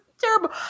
terrible